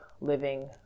living